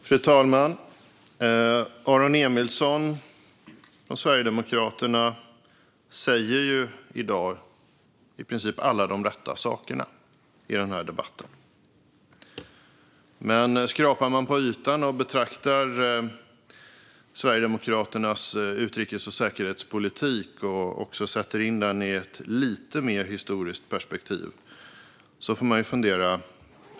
Fru talman! Aron Emilsson och Sverigedemokraterna säger i dagens debatt i princip alla de rätta sakerna. Men skrapar man på ytan och betraktar Sverigedemokraternas utrikes och säkerhetspolitik och sätter in den i ett lite mer historiskt perspektiv får man fundera.